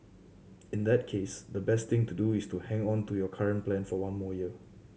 in that case the best thing to do is to hang on to your current plan for one more year